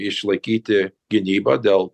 išlaikyti gynybą dėl